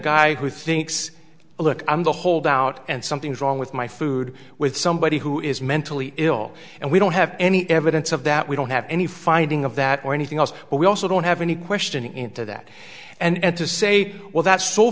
guy who thinks look i'm the holdout and something's wrong with my food with somebody who is mentally ill and we don't have any evidence of that we don't have any finding of that or anything else we also don't have any question into that and to say well that's so